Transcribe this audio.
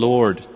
Lord